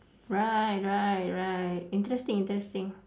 right right right interesting interesting